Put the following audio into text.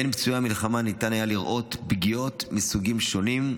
בין פצועי המלחמה ניתן היה לראות פגיעות מסוגים שונים,